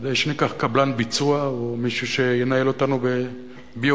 כדאי שניקח קבלן ביצוע או מישהו שינהל אותנו ב-BOT,